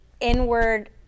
inward